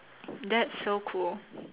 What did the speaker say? that's so cool